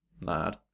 mad